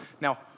Now